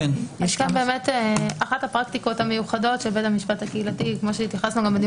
אחת הפרקטיקות המיוחדות של בית המשפט הקהילתי - כמו שהתייחסנו בדיון